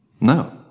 no